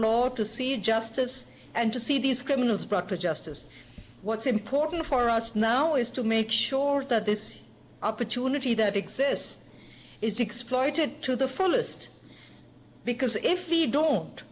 law to see justice and to see these criminals brought to justice what's important for us now is to make sure that this opportunity that exists is exploited to the fullest because if you don't